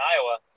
Iowa